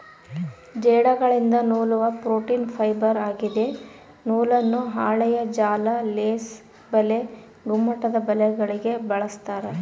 ಜೇಡಗಳಿಂದ ನೂಲುವ protein fibre ಆಗಿದೆ ನೂಲನ್ನು ಹಾಳೆಯ ಜಾಲ ಲೇಸ್ ಬಲೆ ಗುಮ್ಮಟದಬಲೆಗಳಿಗೆ ಬಳಸ್ತಾರ